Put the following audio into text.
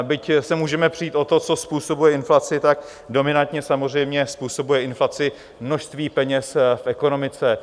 Byť se můžeme přít o to, co způsobuje inflaci, tak dominantně samozřejmě způsobuje inflaci množství peněz v ekonomice.